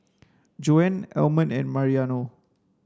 Joan Almon and Mariano